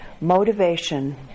motivation